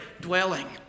dwelling